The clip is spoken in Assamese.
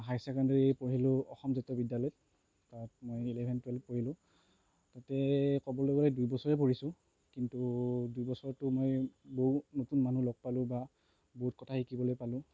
হাই ছেকেণ্ডেৰী পঢ়িলোঁ অসম জাতীয় বিদ্যালয়ত তাত মই ইলেভেন টুৱেল্ভ পঢ়িলোঁ তাতে ক'বলৈ গ'লে দুই বছৰেই পঢ়িছোঁ কিন্তু দুই বছৰতো মই বহুত নতুন মানুহ লগ পালোঁ বা বহুত কথাই শিকিবলৈ পালোঁ